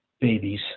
babies